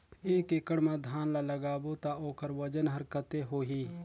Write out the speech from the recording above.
एक एकड़ मा धान ला लगाबो ता ओकर वजन हर कते होही?